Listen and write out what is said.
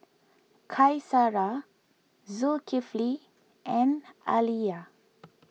Qaisara Zulkifli and Alya